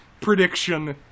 prediction